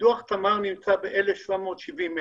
קידוח תמר נמצא ב-1,770 מטר.